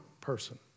person